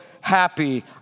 happy